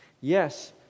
Yes